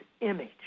image